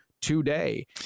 today